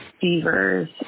fevers